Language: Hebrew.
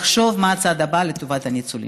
לחשוב מה הצעד הבא לטובת הניצולים.